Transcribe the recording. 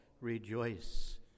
rejoice